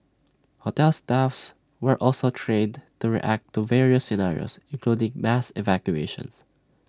hotel staffs were also trained to react to various scenarios including mass evacuations